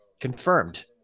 confirmed